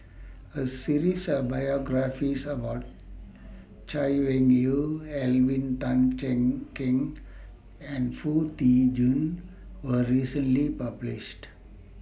A series of biographies about Chay Weng Yew Alvin Tan Cheong Kheng and Foo Tee Jun was recently published